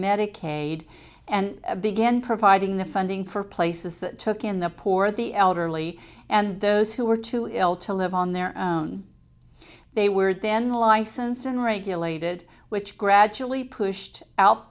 medicaid and began providing the funding for places that took in the poor the elderly and those who were too ill to live on their own they were then licensed unregulated which gradually pushed out